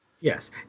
Yes